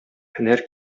һөнәр